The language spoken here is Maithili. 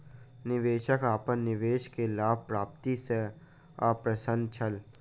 निवेशक अपन निवेश के लाभ प्राप्ति सॅ अप्रसन्न छला